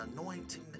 anointing